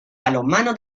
balonmano